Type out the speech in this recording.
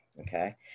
okay